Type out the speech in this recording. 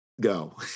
go